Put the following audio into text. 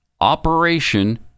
Operation